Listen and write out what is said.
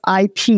IP